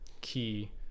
key